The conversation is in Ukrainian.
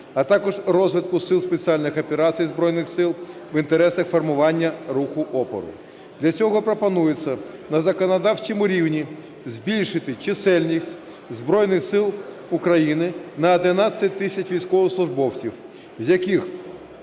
а також розвитку Сил спеціальних операцій Збройних Сил в інтересах формування руху опору. Для цього пропонується на законодавчому рівні збільшити чисельність Збройних Сил України на 11 тисяч військовослужбовців, з яких